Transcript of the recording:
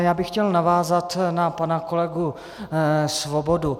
Já bych chtěl navázat na pana kolegu Svobodu.